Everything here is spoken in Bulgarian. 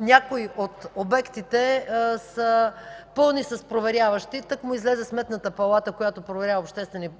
някои от обектите са пълни с проверяващи и тъкмо излезе Сметната палата, която проверява обществените